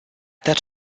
that